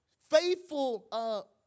Faithful